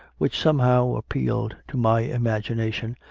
which somehow appealed to my imagination,